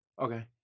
Okay